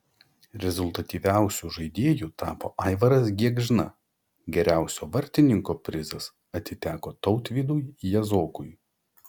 rezultatyviausiu žaidėju tapo aivaras gėgžna geriausio vartininko prizas atiteko tautvydui jazokui